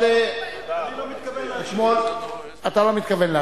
אני מתכוון לא להשיב.